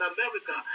America